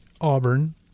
Auburn